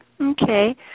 okay